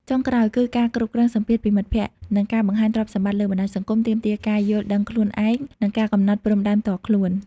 ចុងក្រោយ គឺការគ្រប់គ្រងសម្ពាធពីមិត្តភក្តិ និងការបង្ហាញទ្រព្យសម្បត្តិលើបណ្តាញសង្គមទាមទារការយល់ដឹងខ្លួនឯង និងការកំណត់ព្រំដែនផ្ទាល់ខ្លួន។